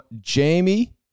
Jamie